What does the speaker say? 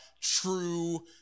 true